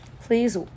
please